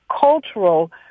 cultural